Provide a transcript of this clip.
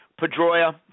Pedroia